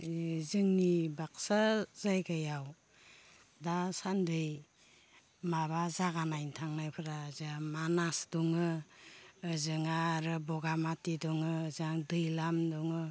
ओ जोंनि बाक्सा जायगायाव दा सानदि माबा जागा नायनो थांनायफोरा जाहा मानास दङो ओजों आरो बगामाथि दङो जाहा दैलाम दङो